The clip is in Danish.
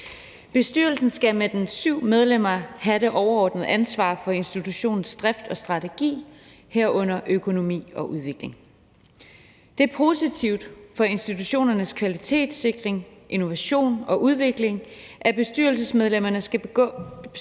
Bestyrelsen skal med dens syv medlemmer have det overordnede ansvar for institutionens drift og strategi, herunder økonomi og udvikling. Det er positivt for institutionernes kvalitetssikring, innovation og udvikling, at bestyrelsesmedlemmerne skal bestå